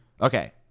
Okay